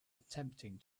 attempting